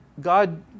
God